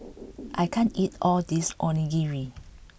I can't eat all this Onigiri